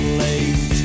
late